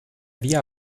via